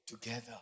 together